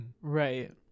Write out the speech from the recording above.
Right